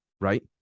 right